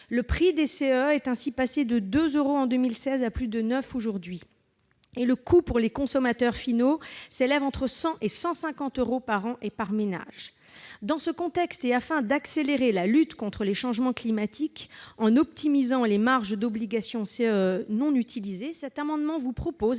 Le prix des CEE est ainsi passé de 2 euros en 2016 à plus de 9 euros aujourd'hui. Le coût pour les consommateurs finals s'élève entre 100 et 150 euros par an et par ménage. Dans ce contexte, et afin d'accélérer la lutte contre les changements climatiques en optimisant les marges d'obligations non utilisées des CEE, cet amendement tend à proposer